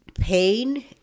pain